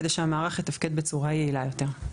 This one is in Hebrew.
כדי שהמערך יתפקד בצורה יעילה יותר.